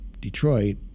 Detroit